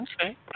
Okay